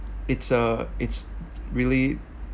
it's a it's really